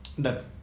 Done